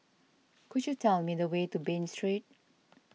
could you tell me the way to Bain Street